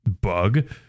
bug